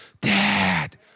Dad